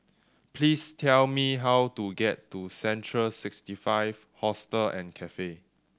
please tell me how to get to Central Sixty Five Hostel and Cafe